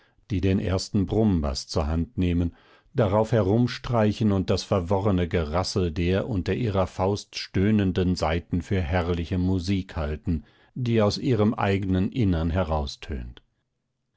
die den ersten besten brummbaß zur hand nehmen darauf herumstreichen und das verworrene gerassel der unter ihrer faust stöhnenden saiten für herrliche musik halten die aus ihrem eignen innern